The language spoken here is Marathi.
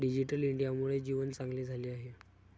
डिजिटल इंडियामुळे जीवन चांगले झाले आहे